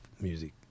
music